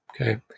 Okay